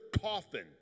coffin